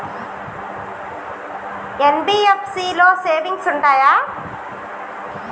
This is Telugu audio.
ఎన్.బి.ఎఫ్.సి లో సేవింగ్స్ ఉంటయా?